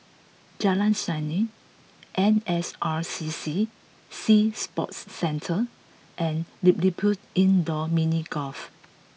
Jalan Seni N S R C C Sea Sports Centre and LilliPutt Indoor Mini Golf